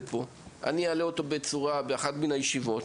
אבל אני אעלה אותו באחת הישיבות